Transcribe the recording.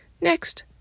Next